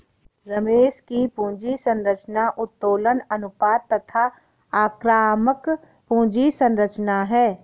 रमेश की पूंजी संरचना उत्तोलन अनुपात तथा आक्रामक पूंजी संरचना है